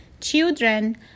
Children